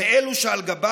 ויעידו על כך